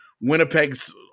Winnipeg's